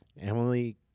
Emily